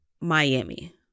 Miami